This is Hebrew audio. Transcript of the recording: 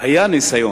היה ניסיון,